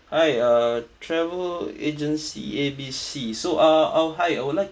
hi uh travel agency A B C so uh I'll hi I'll like